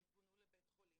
הן פונו לבית חולים,